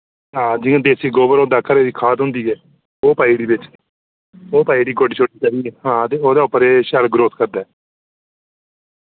हां जि'यां देसी गोबर होंदा घरे दी खाद होंदी ऐ ओह् पाई ओड़ी बिच ओ पाई ओड़ी गोड्डी शोड्डी करियै हां ते ओह्दे उप्पर एह् शैल ग्रोथ करदा ऐ